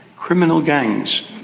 criminal gangs.